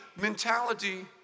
mentality